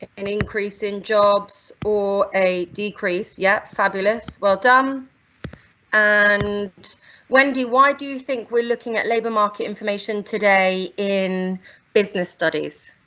an increase in jobs or a decrease, yeah, fabulous, well done and wendy, why do you think we're looking at labour market information today in business studies?